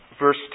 verse